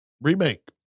remake